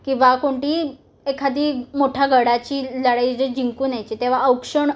किंवा कोणती एखादी मोठ्या गडाची लढाई जे जिंकून यायची तेव्हा औक्षण